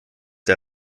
der